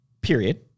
period